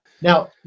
Now